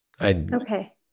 Okay